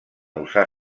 usar